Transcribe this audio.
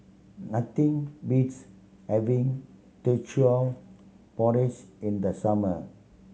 nothing beats having Teochew Porridge in the summer